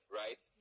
right